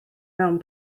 mewn